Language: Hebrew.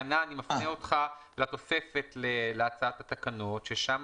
אני מפנה אותך לתוספת להצעת התקנות ששם